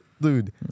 dude